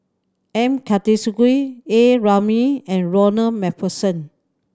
M Karthigesu A Ramli and Ronald Macpherson